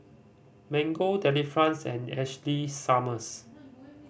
Mango Delifrance and Ashley Summers